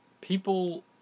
People